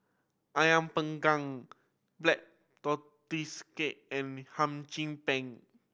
Ayam Panggang Black Tortoise Cake and Hum Chim Peng